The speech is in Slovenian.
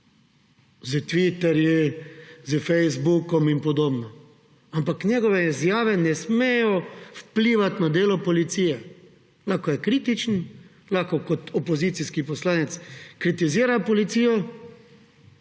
s Twitterjem, s Facebookom in podobno. Ampak njegove izjave ne smejo vplivati na delo policije. Lahko je kritičen, lahko kot opozicijski poslanec kritizira policijo,